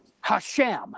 Hashem